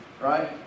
Right